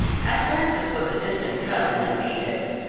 as frances was a distant cousin of edith's,